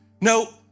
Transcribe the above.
No